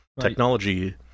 Technology